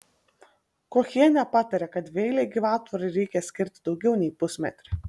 kochienė patarė kad dvieilei gyvatvorei reikia skirti daugiau nei pusmetrį